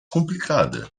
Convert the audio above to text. complicada